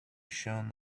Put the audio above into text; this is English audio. shone